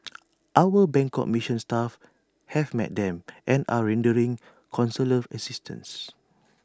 our Bangkok mission staff have met them and are rendering consular assistance